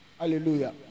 hallelujah